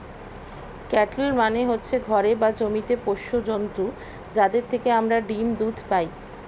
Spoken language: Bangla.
ক্যাটেল মানে হচ্ছে ঘরে বা জমিতে পোষ্য জন্তু যাদের থেকে আমরা ডিম, দুধ পাই